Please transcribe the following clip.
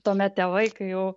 tuomet tėvai kai jau